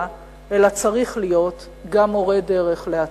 אלא צריך להיות גם מורה דרך לעתיד.